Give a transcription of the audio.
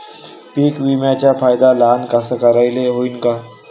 पीक विम्याचा फायदा लहान कास्तकाराइले होईन का?